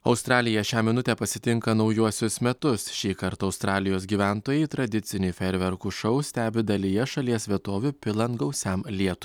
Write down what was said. australija šią minutę pasitinka naujuosius metus šįkart australijos gyventojai tradicinį fejerverkų šou stebi dalyje šalies vietovių pilant gausiam lietui